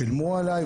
שילמו עלי,